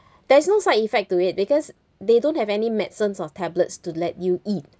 there is no side effect to it because they don't have any medicines or tablets to let you eat